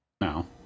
No